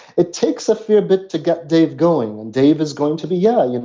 it takes a fair bit to get dave going and dave is going to be, yeah, you know